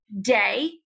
day